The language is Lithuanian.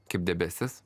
kaip debesis